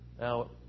Now